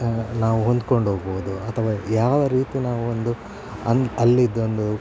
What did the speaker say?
ನಾವು ಹೊಂದ್ಕೊಂಡು ಹೋಗಬಹುದು ಅಥವಾ ಯಾವ ರೀತಿ ನಾವು ಒಂದು ಅಲ್ಲಿ ಅಲ್ಲಿದೊಂದು